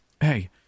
Hey